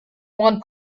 one